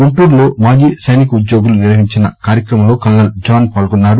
గుంటూరులో మాజీ సైనికోద్యోగులు నిర్వహించిన కార్యక్రమంలో కల్నల్ జాన్ పాల్గొన్నారు